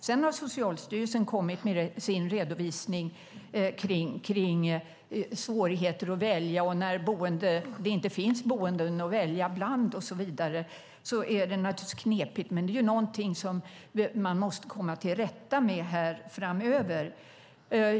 Sedan har Socialstyrelsen kommit med sin redovisning om svårigheter att välja och om att det inte finns boenden att välja bland. Det är naturligtvis knepigt, men det är något som man måste komma till rätta med framöver.